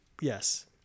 yes